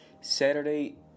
Saturday